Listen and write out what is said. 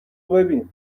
ببین